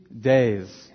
days